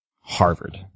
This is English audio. Harvard